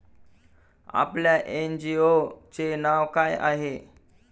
आपल्या एन.जी.ओ चे नाव काय आहे?